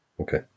Okay